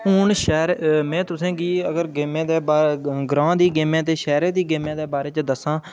हून शैह्र में अगर तु'सें गी अगर गेमें दे बारै ग्रांऽ दी गेमें ते शैह्र दी गेमें दे बारे च दस्सां